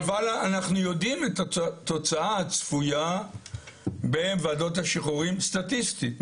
אבל אנחנו יודעים את התוצאה הצפויה בוועדות שחרורים סטטיסטית,